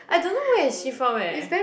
I don't know where is she from eh